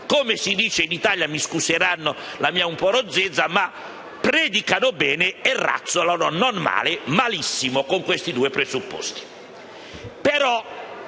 Come si dice in Italia - mi si scusi per la mia rozzezza - predicano bene e razzolano non male, ma malissimo, con questi due presupposti.